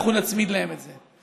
אנחנו נצמיד להם את זה,